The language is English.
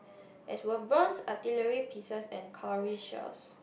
as were bronze artillery pieces and curry shelves